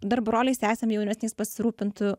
dar broliais sesėm jaunesniais pasirūpintų